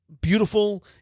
Beautiful